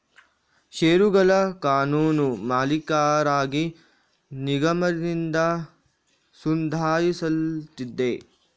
ಷೇರುಗಳ ಕಾನೂನು ಮಾಲೀಕರಾಗಿ ನಿಗಮದಿಂದ ನೋಂದಾಯಿಸಲ್ಪಟ್ಟಿದೆ